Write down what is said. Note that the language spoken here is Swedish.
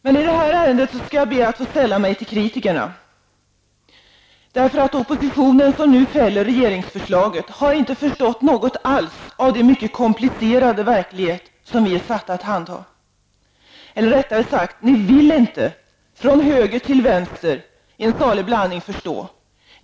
Men i detta ärende skall jag be att få sälla mig till kritikerna. Oppositionen som nu fäller regeringsförslaget har inte förstått något alls av den mycket komplicerade verklighet som vi är satta att handha. Eller rättare sagt: Ni vill inte, från höger till vänster, i salig blandning, förstå.